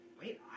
Wait